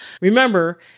Remember